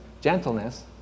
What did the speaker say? gentleness